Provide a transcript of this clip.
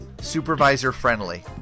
supervisor-friendly